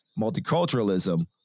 multiculturalism